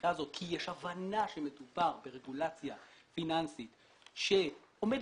החקיקה הזאת כי יש הבנה שמדובר ברגולציה פיננסית שעומדת